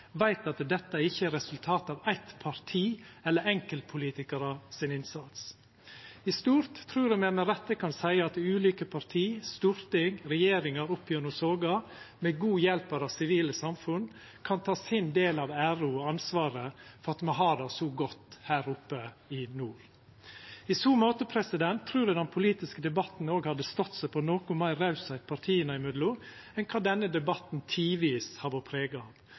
veit at dette ikkje er resultat av eitt parti eller enkeltpolitikarar sin innsats. I stort trur eg me med rette kan seia at ulike parti, storting og regjeringar opp gjennom soga, med god hjelp av sivilsamfunnet, kan ta sin del av æra og ansvaret for at me har det så godt her oppe i nord. I så måte trur eg den politiske debatten òg hadde stått seg på om partia var noko meir rause seg imellom enn kva denne debatten tidvis har vore prega